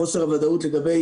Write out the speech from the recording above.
חוסר הוודאות לגבי